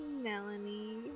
Melanie